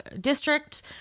district